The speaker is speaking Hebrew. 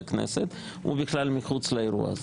היא בכלל מחוץ לאירוע הזה.